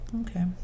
okay